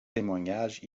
témoignages